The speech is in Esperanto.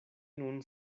nun